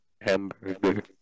Hamburger